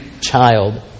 child